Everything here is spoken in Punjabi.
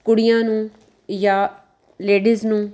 ਕੁੜੀਆਂ ਨੂੰ ਜਾਂ ਲੇਡੀਜ਼ ਨੂੰ